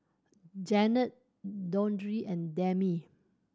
Janet Dondre and Demi